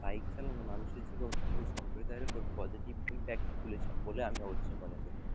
bike চালানো মানুষের জীবন এবং সম্প্রদায়ের ওপর পজেটিভ ইমপ্যাক্ট খুলেছে বলে আমি অবশ্যই মনে করি